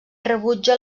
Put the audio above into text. rebutja